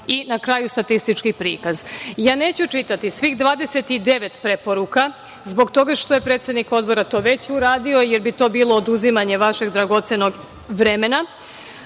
i na kraju, statistički prikaz. Neću čitati svih 29 preporuka zbog toga što je predsednik Odbora to već uradio, jer bi to bilo oduzimanje vašeg dragocenog vremena,